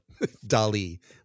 Dali